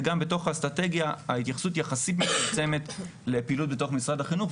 וגם בתוך האסטרטגיה ההתייחסות יחסית מצומצמת לפעילות בתוך משרד החינוך,